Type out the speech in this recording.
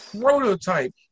prototype